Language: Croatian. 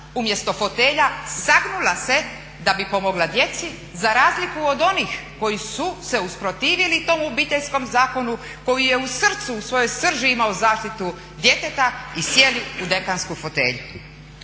umjesto fotelja sagnula se da bi pomogla djeci, za razliku od onih koji su se usprotivili tom Obiteljskom zakonu koji je u srcu, u svojoj srži imao zaštitu djeteta i sjeli u dekansku fotelju.